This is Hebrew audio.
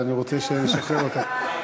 אז אני רוצה שנשחרר אותם.